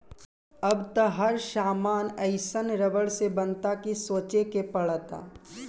अब त हर सामान एइसन रबड़ से बनता कि सोचे के पड़ता